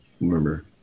remember